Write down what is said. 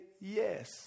yes